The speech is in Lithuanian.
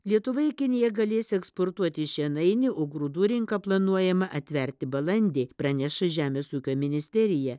lietuva į kiniją galės eksportuoti šienainį o grūdų rinką planuojama atverti balandį praneša žemės ūkio ministerija